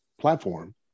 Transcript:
platform